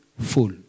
full